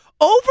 over